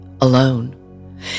alone